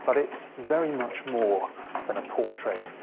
but it's very much more than a portrait.